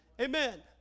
Amen